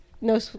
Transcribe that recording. no